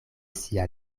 sia